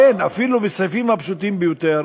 אין, אפילו בסעיפים הפשוטים ביותר